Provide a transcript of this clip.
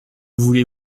voulez